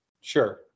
sure